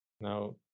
Now